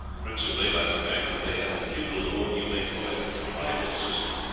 principally by the fact that they had the feudal, or you may call it the tribal, system.